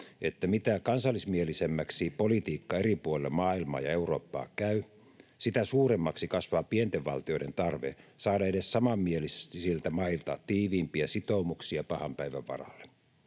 että mitä kansallismielisemmäksi politiikka eri puolilla maailmaa ja Eurooppaa käy, sitä suuremmaksi kasvaa pienten valtioiden tarve saada edes samanmielisiltä mailta tiiviimpiä sitoumuksia pahan päivän varalle.